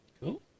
Cool